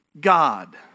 God